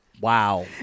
Wow